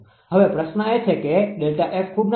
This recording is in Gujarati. હવે પ્રશ્ન એ છે કે Δ𝑓 ખૂબ નાનો છે